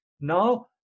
now